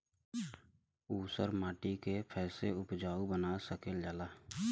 ऊसर माटी के फैसे उपजाऊ बना सकेला जा?